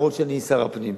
אף שאני שר הפנים.